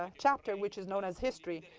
um chapter, which is known as history.